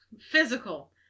physical